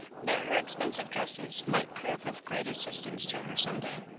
that her expensive dresses might prove of great assistance to her some day.